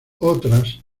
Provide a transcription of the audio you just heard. otras